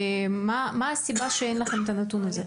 מה הסיבה שאין לכם את הנתון הזה?